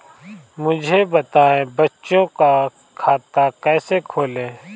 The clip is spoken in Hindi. मुझे बताएँ बच्चों का खाता कैसे खोलें?